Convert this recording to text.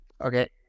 okay